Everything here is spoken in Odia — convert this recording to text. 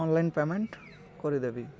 ଅନଲାଇନ୍ ପେମେଣ୍ଟ କରିଦେବି